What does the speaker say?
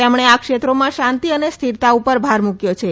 તેમણે આ ક્ષેત્રોમાં શાંતી અને સ્થિરતા ઉપર ભાર મુકથો છે